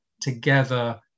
together